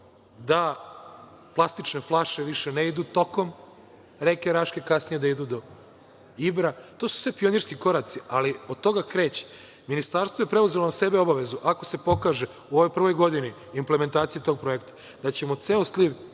da plastične flaše više ne idu tokom reke Raške, kasnije da idu do Ibra. To su sve pionirski koraci, ali od toga kreće. Ministarstvo je preuzelo na sebe obavezu, ako se pokaže u ovoj prvoj godini implementacije tog projekata, da ćemo ceo sliv